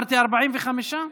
אמרתי 45?